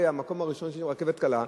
המקום הראשון שיש בו רכבת קלה,